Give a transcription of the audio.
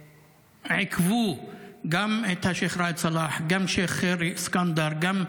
עיכבו גם את שייח' ראאד סלאח, גם שייח'